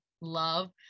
love